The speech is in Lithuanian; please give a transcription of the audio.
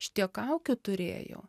šitiek kaukių turėjo